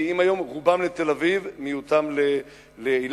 רובם מגיעים היום לתל-אביב, מיעוטם לאילת.